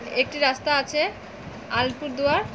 একটি রাস্তা আছে আলিপুরদুয়ার